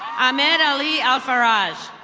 ahmed ali alfera.